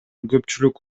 көпчүлүк